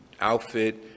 outfit